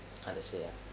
how to say ah